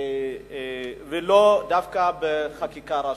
ולא דווקא בחקיקה ראשית.